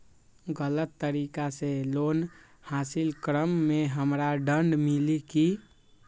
गलत तरीका से लोन हासिल कर्म मे हमरा दंड मिली कि?